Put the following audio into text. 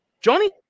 Johnny